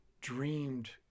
dreamed